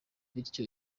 bityo